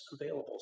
available